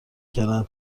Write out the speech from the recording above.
کردن